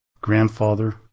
grandfather